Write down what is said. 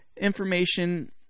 information